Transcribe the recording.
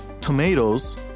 tomatoes